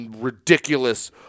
ridiculous